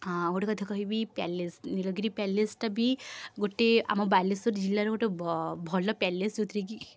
ଆଉ ଗୋଟେ କଥା କହିବି ପ୍ୟାଲେସ୍ ନୀଳଗିରି ପ୍ୟାଲେସ୍ଟା ବି ଗୋଟେ ଆମ ବାଲେଶ୍ୱର ଜିଲ୍ଲାର ଗୋଟେ ଭଲ ପ୍ୟାଲେସ୍ ଯେଉଁଥିରେକି